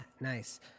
nice